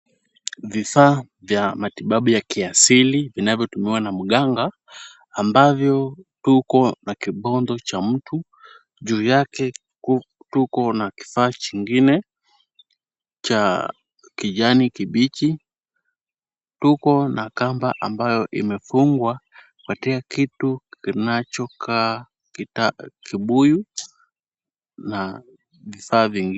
Vifaa vya matibabu ya kiasili vinavyotumiwa na mganga, ambavyo tuko na kibondo cha mtu. Juu yake, tuko na kifaa chengine cha kijani kibichi. Tuko na kamba ambayo imefungwa katika kitu kinachokaa kibuyu na vifaa vyengi